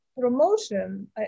Promotion